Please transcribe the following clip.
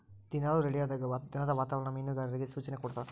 ದಿನಾಲು ರೇಡಿಯೋದಾಗ ದಿನದ ವಾತಾವರಣ ಮೀನುಗಾರರಿಗೆ ಸೂಚನೆ ಕೊಡ್ತಾರ